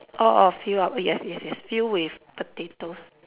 orh orh fill up yes yes yes fill with potatoes